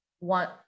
want